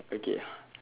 okay